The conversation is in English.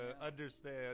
understand